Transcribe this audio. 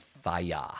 fire